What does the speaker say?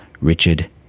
Richard